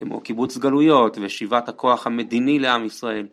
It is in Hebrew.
כמו קיבוץ גלויות ושיבת הכוח המדיני לעם ישראל.